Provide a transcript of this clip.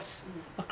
mm